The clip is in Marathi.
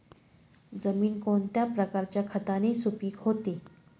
जमीन कोणत्या प्रकारच्या खताने सुपिक होते?